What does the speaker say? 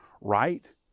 right